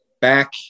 back